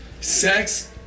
sex